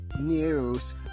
News